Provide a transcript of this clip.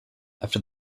after